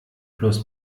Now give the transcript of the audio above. plus